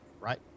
right